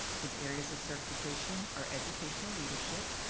his areas of certification are educational leadership,